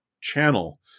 channel